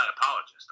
apologist